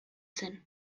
zen